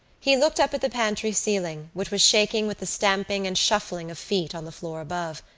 he looked up at the pantry ceiling, which was shaking with the stamping and shuffling of feet on the floor above,